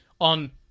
on